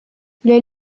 les